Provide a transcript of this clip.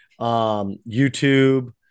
YouTube